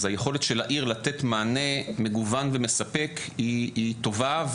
אז היכולת של העיר לתת מענה מגוון ומספק היא טובה,